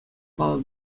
паллӑ